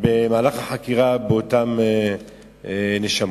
במהלך החקירה באותן נשמות.